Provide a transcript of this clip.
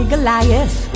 Goliath